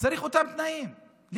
צריך את אותם תנאים לכולם.